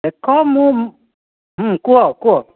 ଦେଖ ମୁଁ ହଁ କୁହ କୁହ